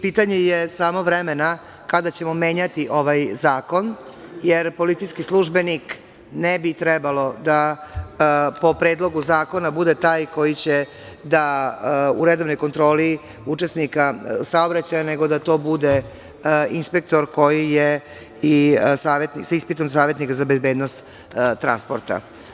Pitanje je samo vremena kada ćemo menjati ovaj zakon, jer policijski službenik ne bi trebalo da po Predlogu zakona bude taj koji će da u redovnoj kontroli učesnika saobraćaja, nego da to bude inspektor koji je sa ispitom savetnika za bezbednost transporta.